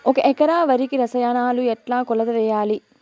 ఒక ఎకరా వరికి రసాయనాలు ఎట్లా కొలత వేయాలి?